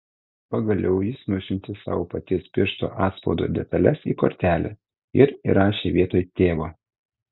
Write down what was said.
pagaliau jis nusiuntė savo paties piršto atspaudo detales į kortelę ir įrašė vietoj tėvo